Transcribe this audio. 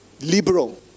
liberal